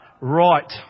right